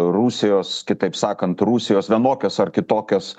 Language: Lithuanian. rusijos kitaip sakant rusijos vienokios ar kitokios